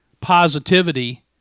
positivity